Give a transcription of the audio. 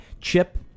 chip